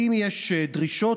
אם יש דרישות,